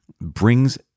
brings